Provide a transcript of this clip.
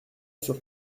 sur